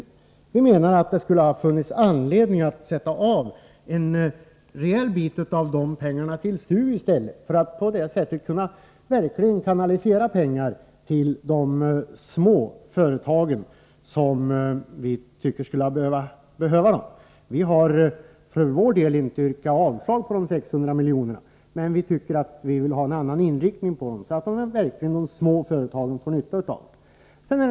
Det hade funnits anledning att sätta av en rejäl bit av de pengarna till STU i stället, för att på det sättet verkligen kanalisera pengar till de små företagen, som vi tycker skulle behöva dem. Vi har inte yrkat avslag på förslaget om 600 milj.kr., men vi vill ha en annan inriktning, så att de små företagen verkligen får nytta av pengarna.